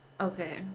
Okay